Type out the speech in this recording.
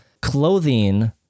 clothing